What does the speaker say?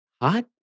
hot